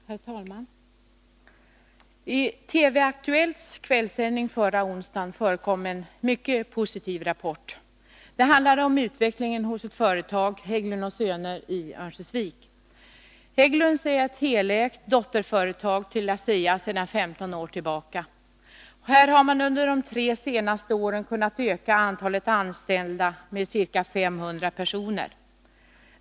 Herr talman! I TV-Aktuellts kvällssändning förra onsdagen förekom en mycket positiv rapport. Det handlade om utvecklingen i ett företag, AB Hägglund & Söner i Örnsköldsvik. Hägglund & Söner är ett helägt dotterföretag till ASEA sedan 15 år tillbaka. Här har man under de tre senaste åren kunnat öka antalet anställda med ca 500 personer.